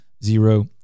Zero